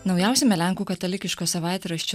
naujausiame lenkų katalikiško savaitraščio